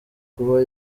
kuba